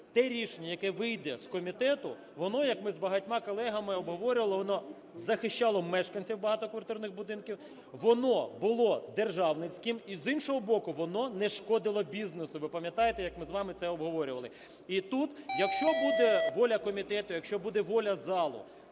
те рішення, яке вийде з комітету, воно, як ми з багатьма колегами обговорювали, воно захищало мешканців багатоквартирних будинків, воно було державницьким і, з іншого боку, воно не шкодило бізнесу, ви пам'ятаєте, як ми з вами це обговорювали. І тут, якщо буде воля комітету, якщо буде воля залу,